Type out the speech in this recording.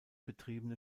betriebene